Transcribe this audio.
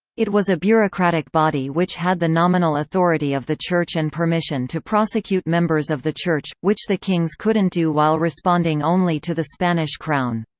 it was a bureaucratic body which had the nominal authority of the church and permission to prosecute members of the church, which the kings couldn't do while responding only to the spanish crown.